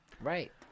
right